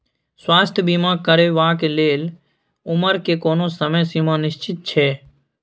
स्वास्थ्य बीमा करेवाक के लेल उमर के कोनो समय सीमा निश्चित छै?